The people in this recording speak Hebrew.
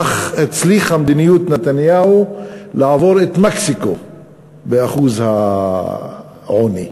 הצליחה מדיניות נתניהו לעבור את מקסיקו באחוז העוני.